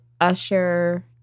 Usher